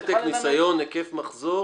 ותק, ניסיון, היקף מחזור